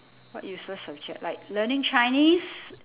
what useless subject like learning chinese